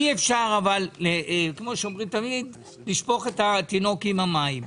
אי אפשר, כמו שאומרים, לשפוך את התינוק עם המים.